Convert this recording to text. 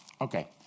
Okay